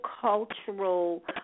cultural